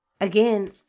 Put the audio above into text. again